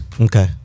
Okay